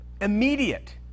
immediate